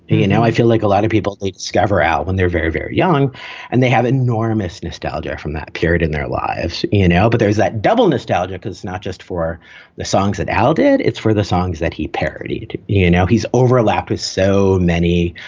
you know, i feel like a lot of people they discover out when they're very, very young and they have enormous nostalgia from that period in their lives in l. but there's that double nostalgia because not just for the songs that aldehyde, it's for the songs that he parody. even yeah now, he's overlapped with so many,